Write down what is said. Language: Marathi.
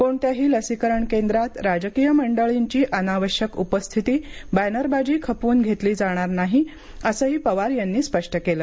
कोणत्याही लसीकरण केंद्रात राजकीय मंडळींची अनावश्यक उपस्थिती बॅनरबाजी खपवून घेणार नाही असंही पवार यांनी स्पष्ट केलं